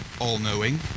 all-knowing